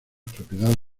propiedades